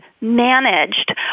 managed